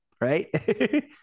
right